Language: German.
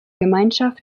gemeinschaft